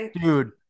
dude